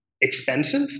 expensive